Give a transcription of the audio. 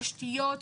תשתיות,